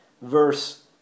verse